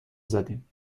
زدیم